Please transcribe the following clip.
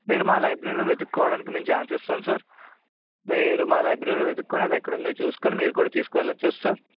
మీరు మా లైబ్రరీలో వెతుక్కోవడానికి మేము ఛాన్స్ ఇస్తాము సార్ మీరు మా లైబ్రరీలో వెతుక్కుని అది ఎక్కడుందో చూసుకుని మీరు కూడా తీసుకెళ్ళచ్చు సార్